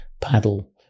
paddle